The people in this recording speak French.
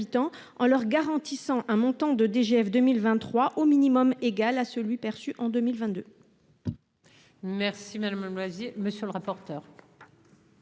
en leur garantissant un montant de DGF 2000 23 au minimum égal à celui perçu en 2022.